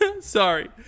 sorry